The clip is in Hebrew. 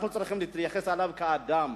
אנחנו צריכים להתייחס אליו כאדם.